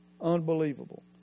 Unbelievable